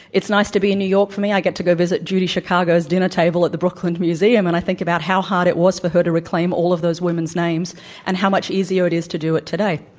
it's nice to be in new york for me. i get to go visit judy chicago's dinner table at the brooklyn m useum, and i think about how hard it was for her to reclaim all of those women's names and how much easier it is to do it today.